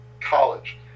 college